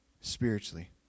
spiritually